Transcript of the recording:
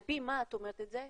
על פי מה את אומרת את זה?